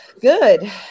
Good